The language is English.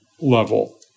level